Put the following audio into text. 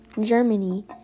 Germany